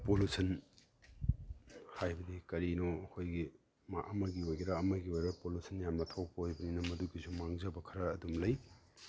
pollution ꯍꯥꯏꯕꯗꯤ ꯀꯔꯤꯅꯣ ꯑꯩꯈꯣꯏꯒꯤ ꯑꯃꯒꯤ ꯑꯣꯏꯒꯦꯔꯥ ꯑꯃꯒꯤ ꯑꯣꯏꯔꯣ ꯄꯣꯂꯨꯁꯟ ꯌꯥꯝꯅ ꯊꯣꯛꯄ ꯑꯣꯏꯕꯅꯤꯅ ꯃꯗꯨꯒꯤꯁꯨ ꯃꯥꯡꯖꯕ ꯈꯔ ꯑꯗꯨꯝ ꯂꯩ